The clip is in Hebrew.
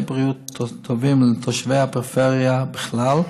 בריאות טובים לתושבי הפריפריה בכלל,